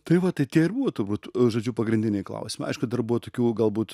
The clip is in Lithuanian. tai va tai tie ir buvo turbūt žodžiu pagrindiniai klausimai aišku dar buvo tokių galbūt